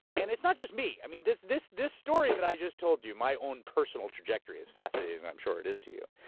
and it's not just me. i mean, this this story that i just told you, my own personal trajectory, as fascinating, and i'm sure, it is to you,